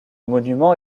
monument